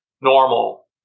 normal